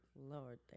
Lord